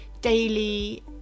daily